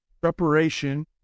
preparation